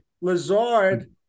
Lazard